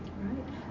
right